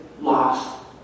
lost